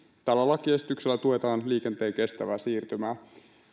tällä lakiesityksellä tuetaan liikenteen kestävää siirtymää